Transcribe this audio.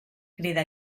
crida